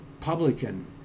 publican